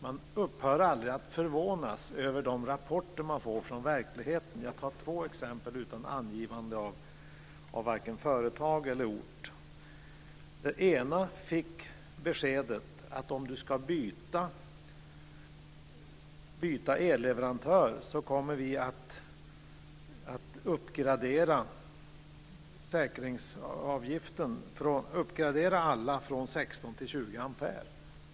Man upphör aldrig att förvånas över de rapporter som man får från verkligheten. Jag ska ta upp två exempel utan att ange vare sig företag eller ort. En person fick beskedet: Om du ska byta elleverantör kommer vi att göra en total uppgradering från 16 till 20 ampere.